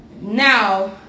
now